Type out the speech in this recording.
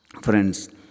friends